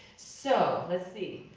so, let's see.